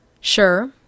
Sure